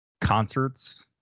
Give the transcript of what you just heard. concerts